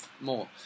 more